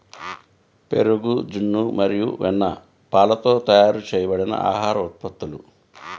పెరుగు, జున్ను మరియు వెన్నపాలతో తయారు చేయబడిన ఆహార ఉత్పత్తులు